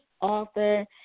author